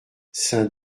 saint